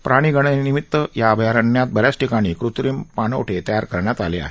प्राणी गणनेनिमित या अभयारण्यात बऱ्याच ठिकाणी कृत्रीम पाणवठे तयार करण्यात आले आहेत